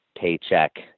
paycheck